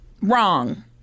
Wrong